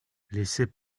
laissez